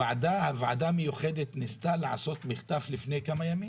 הוועדה המיוחדת ניסתה לעשות מחטף לפני כמה ימים.